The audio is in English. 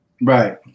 Right